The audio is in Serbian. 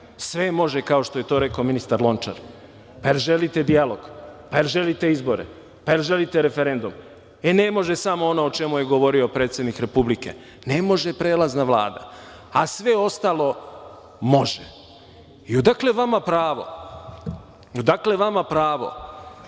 može, kao što je to rekao ministar Lončar. Jel želite dijalog? Jel želite izbore? Jel želite referendum? E, ne može samo ono o čemu je govorio predsednik Republike, ne može prelazna Vlada. A sve ostalo može. Odakle vama pravo, govorim o